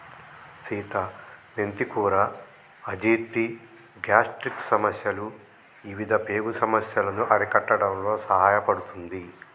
సీత మెంతి కూర అజీర్తి, గ్యాస్ట్రిక్ సమస్యలు ఇవిధ పేగు సమస్యలను అరికట్టడంలో సహాయపడుతుంది